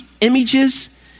images